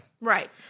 Right